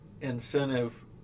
incentive